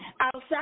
Outside